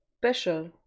special